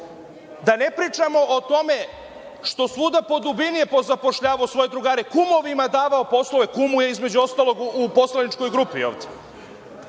Da ne pričamo o tome što svuda po dubini je pozapošljavao svoje drugare, kumovima davao poslove. Kum mu je između ostalog u poslaničkoj grupi i